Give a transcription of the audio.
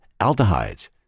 aldehydes